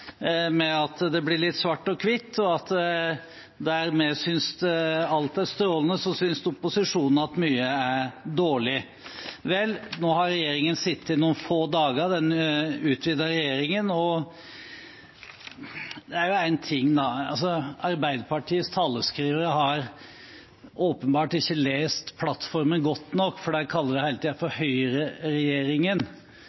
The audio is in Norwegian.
med at det blir litt svart-hvitt, og at der vi synes alt er strålende, synes opposisjonen at mye er dårlig. Vel, nå har den utvidede regjeringen sittet i noen få dager, og Arbeiderpartiets taleskrivere har åpenbart ikke lest plattformen godt nok, for de kaller det hele